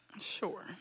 Sure